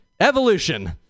evolution